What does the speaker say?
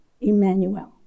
Emmanuel